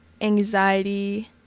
anxiety